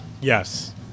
Yes